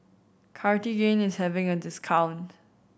Cartigain is having a discount